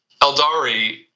Eldari